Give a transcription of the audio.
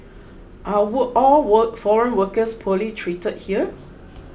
are war all war foreign workers poorly treated here